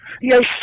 Yes